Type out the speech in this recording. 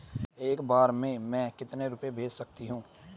एक बार में मैं कितने रुपये भेज सकती हूँ?